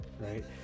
right